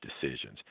decisions